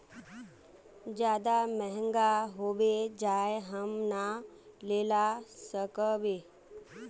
ज्यादा महंगा होबे जाए हम ना लेला सकेबे?